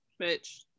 Bitch